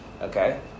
Okay